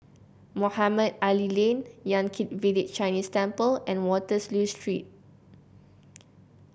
Mohamed Ali Lane Yan Kit Village Chinese Temple and Waterloo Street